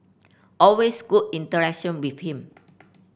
always good interaction with him